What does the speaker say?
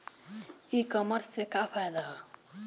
ई कामर्स से का फायदा ह?